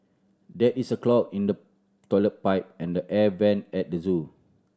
there is a clog in the toilet pipe and the air vent at the zoo